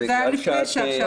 זה היה לפני שעכשיו דיברת.